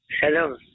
Shalom